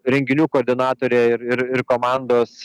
renginių koordinatorė ir ir ir komandos